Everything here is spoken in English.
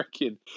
freaking